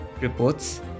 reports